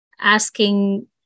asking